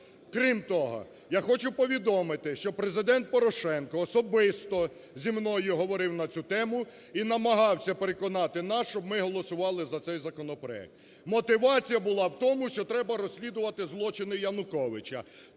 Крім того, я хочу повідомити, що Президент Порошенко особисто зі мною говорив на цю тему і намагався переконати нас, щоб ми голосували за цей законопроект. Мотивація була в тому, що треба розслідувати злочини Януковича.